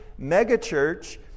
megachurch